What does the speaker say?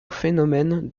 phénomènes